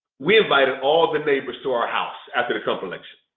we invited all the neighbors to our house after trump election.